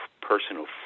personal